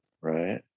right